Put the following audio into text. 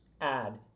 add